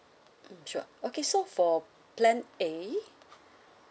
mm sure okay so for plan A